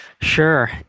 sure